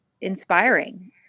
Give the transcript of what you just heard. inspiring